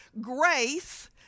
grace